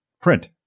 print